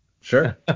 Sure